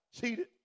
cheated